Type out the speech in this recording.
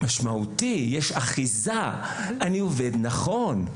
משמעותי; יש פה אחיזה, אני עובד נכון.